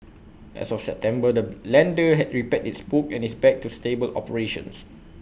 as of September the lender had repaired its books and is back to stable operations